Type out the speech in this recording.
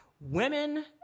women